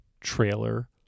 trailer